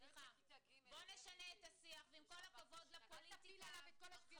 עם כל הכבוד --- אנחנו לא נהיה שק חבטות --- ואתה תכבד חברי כנסת,